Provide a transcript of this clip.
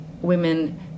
women